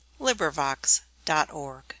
LibriVox.org